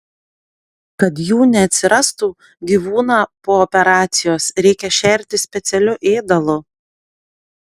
kad jų neatsirastų gyvūną po operacijos reikia šerti specialiu ėdalu